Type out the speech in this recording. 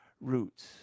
roots